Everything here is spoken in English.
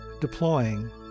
deploying